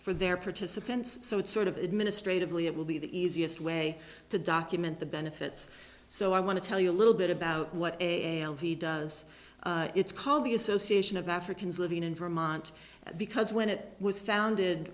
for their participation so it sort of administratively it will be the easiest way to document the benefits so i want to tell you a little bit about what he does it's called the association of africans living in vermont because when it was founded